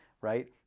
right